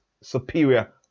superior